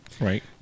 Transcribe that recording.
Right